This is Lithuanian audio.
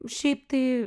šiaip tai